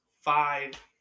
five